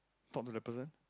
talk to the person